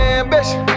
ambition